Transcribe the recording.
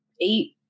eight